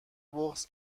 بغض